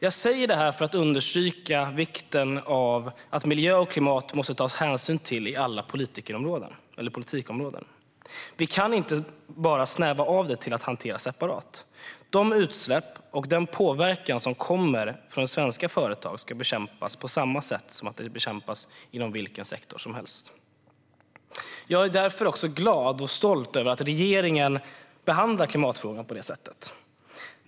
Jag säger det här för att understryka vikten av att ta hänsyn till miljö och klimat på alla politikområden. Vi kan inte snäva av det och hantera det separat. De utsläpp och den påverkan som kommer från svenska företag ska bekämpas på samma sätt som inom vilken sektor som helst. Jag är därför glad och stolt över att regeringen behandlar klimatfrågan på det här sättet.